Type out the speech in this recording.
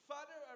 Father